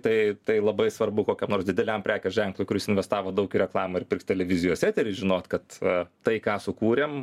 tai tai labai svarbu kokiam nors dideliam prekės ženklui kuris investavo daug į reklamą ir pirks televizijos eterį žinot kad a tai ką sukūrėm